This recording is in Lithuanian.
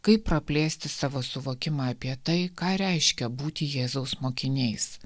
kaip praplėsti savo suvokimą apie tai ką reiškia būti jėzaus mokiniais